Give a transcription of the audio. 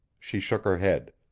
she shook her head.